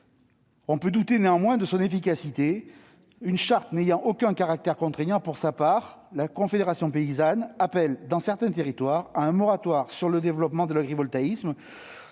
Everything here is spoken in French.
On peut douter néanmoins de son efficacité, une charte n'ayant aucun caractère contraignant. Pour sa part, la Confédération paysanne appelle, dans certains territoires, à un moratoire sur le développement de l'agrivoltaïsme,